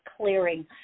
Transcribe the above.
clearing